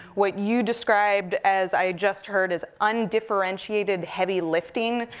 what you described as i just heard, as undifferentiated, heavy lifting.